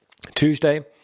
Tuesday